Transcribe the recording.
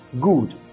Good